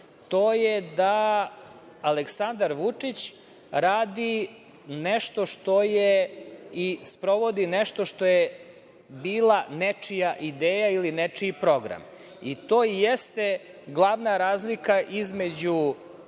To je da Aleksandar Vučić radi i sprovodi nešto što je bila nečija ideja ili nečiji program, i to i jeste glavna razlika između